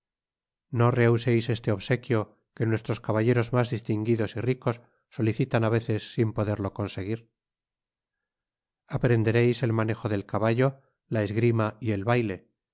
no rehuseis este obsequio que nuestros caballeros mas distinguidos y ricos solicitan á veces sin poderlo conseguir aprenderéis el manejo del caballo la esgrima y el baile no